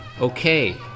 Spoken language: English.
Okay